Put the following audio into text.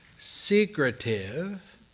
secretive